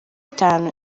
itanu